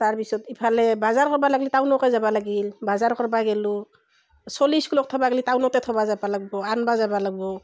তাৰপিছত ইফালে বজাৰ কৰিব লাগিলে টাউনকে যাব লাগিল বজাৰ কৰিব গ'লো চলি স্কুলত থ'ব গ'লি টাউনতে থ'ব যাব লাগিব' আনিব যাব লাগিব'